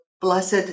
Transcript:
blessed